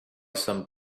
some